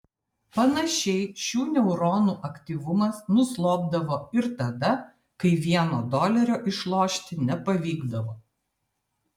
panašiai šių neuronų aktyvumas nuslopdavo ir tada kai vieno dolerio išlošti nepavykdavo